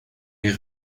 les